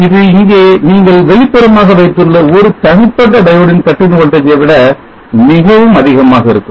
இது இங்கே நீங்கள் வெளிப்புறமாக வைத்துள்ள ஒரு தனிப்பட்ட diode ன் cut in voltage ஐ விட மிகவும் அதிகமாக இருக்கும்